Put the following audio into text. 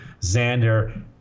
Xander